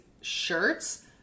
shirts